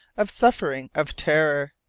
of suffering, of terror!